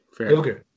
okay